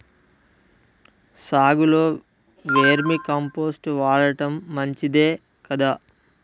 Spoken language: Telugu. సాగులో వేర్మి కంపోస్ట్ వాడటం మంచిదే కదా?